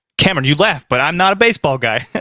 cameron you laughed, but i'm not a baseball guy.